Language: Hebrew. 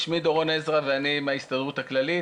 שמי דורון עזרא ואני מההסתדרות הכללית.